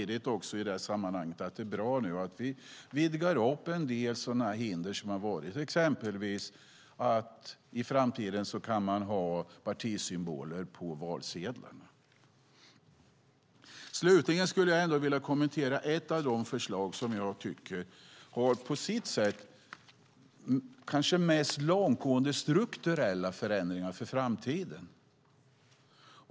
Det är också bra att vi tar bort en del hinder så att man exempelvis kan ha partisymboler på valsedlarna i framtiden. Jag ska också kommentera det förslag som innebär de kanske mest långtgående strukturella förändringarna för framtiden.